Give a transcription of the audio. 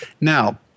Now